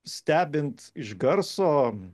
stebint iš garso